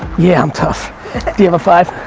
yeah i'm tough, do you have a five?